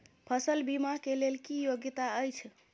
फसल बीमा केँ लेल की योग्यता अछि?